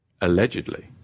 Allegedly